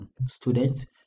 student